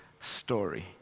story